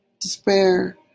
despair